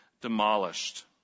demolished